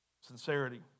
Sincerity